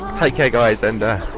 take care guys, and